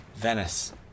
Venice